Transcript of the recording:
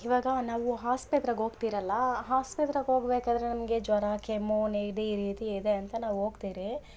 ಇವಾಗ ನಾವು ಆಸ್ಪತ್ರೆಗ್ ಹೋಗ್ತಿರಲ್ಲ ಆಹಾಸ್ಪತ್ರೆಗೆ ಹೋಗ್ಬೇಕಾದ್ರೆ ನಮಗೆ ಜ್ವರ ಕೆಮ್ಮು ನೆಗಡಿ ಈ ರೀತಿ ಇದೆ ಅಂತ ನಾವು ಹೋಗ್ತಿರಿ